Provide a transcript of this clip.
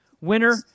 winner